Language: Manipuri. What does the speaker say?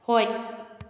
ꯍꯣꯏ